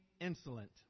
insolent